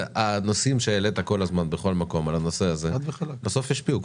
הנושאים שהעלית כל הזמן בכל מקום על הנושא זהה בסוף השפיעו.